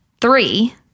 three